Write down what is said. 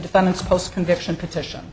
defendant's post conviction petition